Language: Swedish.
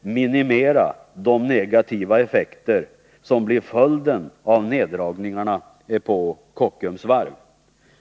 minimera de negativa effekter som blir följden av neddragningarna på Kockums varv.